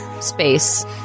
space